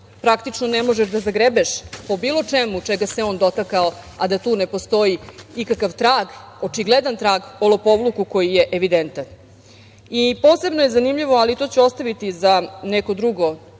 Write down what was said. praktično, ne možeš da zagrebeš po bilo čemu čega se on dotakao, a da tu ne postoji ikakav trag, očigledan trag o lopovluku koji je evidentan. Posebno je zanimljivo, ali to ću ostaviti za neki drugi